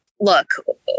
look